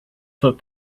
foot